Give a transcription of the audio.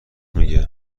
میگه